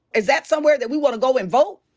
is that somewhere that we wanna go and vote?